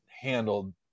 handled